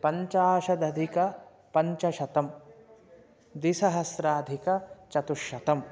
पञ्चाशदधिकपञ्चशतं द्विसहस्राधिकचतुश्शतम्